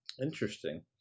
Interesting